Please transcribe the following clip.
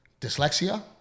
Dyslexia